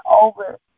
over